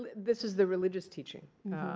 this is the religious teaching,